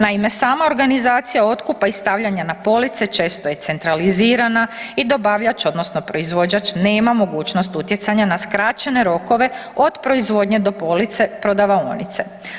Naime, sama organizacija otkupa i stavljanja na police često je centralizirana i dobavljač odnosno proizvođač nema mogućnost utjecanja na skraćene rokove od proizvodnje do police prodavaonice.